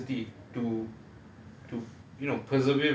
quite an extreme level of intens~ intensity to